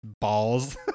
balls